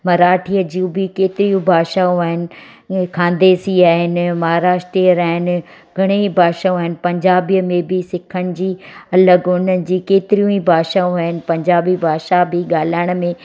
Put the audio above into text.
मराठीअ जूं बि केतिरियूं भाषाऊं आहिनि खानदेशी आहिनि महाराष्टीअर आहिनि घणेई भाषाऊं आहिनि पंजाबीअ में बि सिखण जी अलॻि हुनजी केतरियूं ई भाषाऊं आहिनि पंजाबी भाषा बि ॻाल्हाइण में